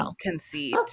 conceit